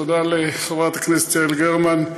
תודה לחברת הכנסת יעל גרמן.